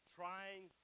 trying